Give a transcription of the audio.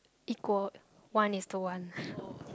equal one is to one